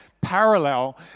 parallel